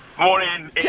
Morning